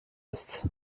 ist